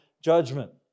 judgment